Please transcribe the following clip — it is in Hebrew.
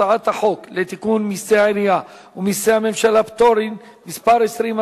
חוק לתיקון פקודת מסי העירייה ומסי הממשלה (פטורין) (מס' 20),